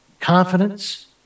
Confidence